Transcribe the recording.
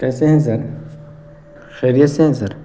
کیسے ہیں سر خیریت سے ہیں سر